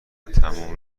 تموم